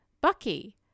Bucky